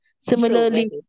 Similarly